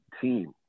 team